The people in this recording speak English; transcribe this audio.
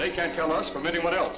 they can't tell us from anyone else